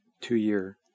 two-year